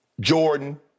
Jordan